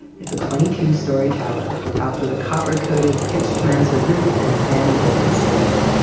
it's a twenty two story tower topped with a copper-coated pitched mansard roof and a sandy brick exterior.